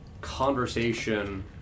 conversation